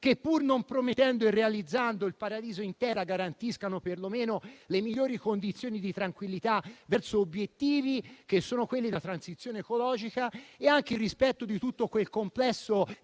che, pur non promettendo di realizzare il paradiso in terra, garantiscano perlomeno le migliori condizioni di tranquillità verso gli obiettivi della transizione ecologica e anche il rispetto di tutto quel complesso di